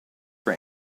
for